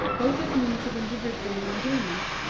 both as means of individual enjoyment,